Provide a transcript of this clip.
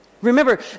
Remember